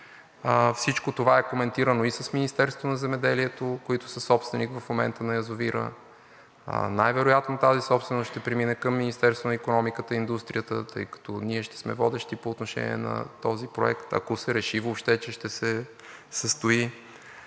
Всичко това е коментирано и с Министерството на земеделието, които са собственик в момента на язовира, най-вероятно тази собственост ще премине към Министерството на икономиката и индустрията, тъй като ние ще сме водещи по отношение на този проект, ако се реши въобще, че ще се състои,